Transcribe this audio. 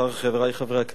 חברי חברי הכנסת,